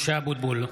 משה אבוטבול,